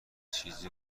چیزی